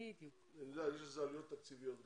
אני יודע שיש לזה עלויות תקציביות גם.